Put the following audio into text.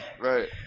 Right